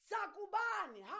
Sakubani